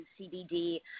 CBD